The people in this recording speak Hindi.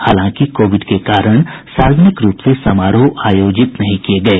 हालांकि कोविड के कारण सार्वजनिक रूप से समारोह आयोजित नहीं किये गये